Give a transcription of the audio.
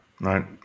Right